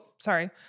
sorry